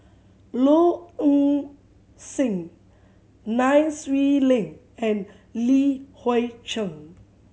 Low Eng Sing Nai Swee Leng and Li Hui Cheng